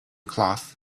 cloth